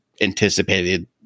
anticipated